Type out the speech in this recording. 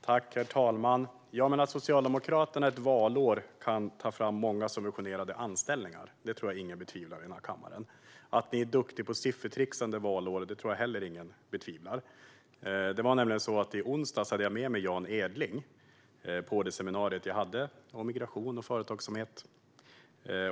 Herr talman! Att Socialdemokraterna under ett valår kan ta fram många subventionerade anställningar tror jag ingen betvivlar i den här kammaren. Att ni är duktiga på siffertrixande under ett valår tror jag inte heller att någon betvivlar. I onsdags hade jag med mig Jan Edling på det seminarium som jag hade om migration och företagsamhet.